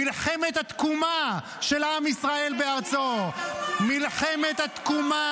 מלחמת התקומה של עם ישראל בארצו --- איזו תקומה?